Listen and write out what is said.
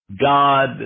God